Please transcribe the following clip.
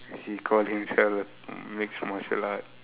he call himself mixed martial arts